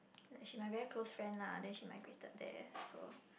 she's my very close friend lah then she migrated there so